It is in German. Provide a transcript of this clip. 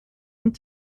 und